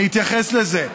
אני אתייחס לזה.